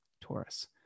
Taurus